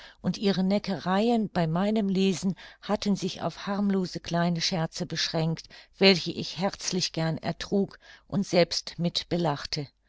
und ihre neckereien bei meinem lesen hatten sich auf harmlose kleine scherze beschränkt welche ich herzlich gern ertrug und selbst mit belachte